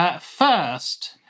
First